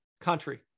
Country